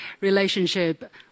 relationship